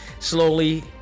slowly